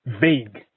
vague